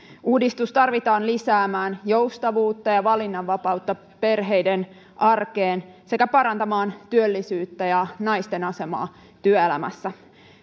uudistus tarvitaan lisäämään joustavuutta ja ja valinnanvapautta perheiden arkeen sekä parantamaan työllisyyttä ja naisten asemaa työelämässä